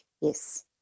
Yes